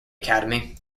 academy